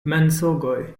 mensogoj